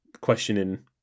questioning